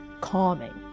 calming